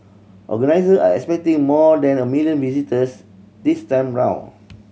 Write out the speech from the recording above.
organiser are expecting more than a million visitors this time round